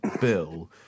bill